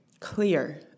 clear